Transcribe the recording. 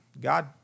God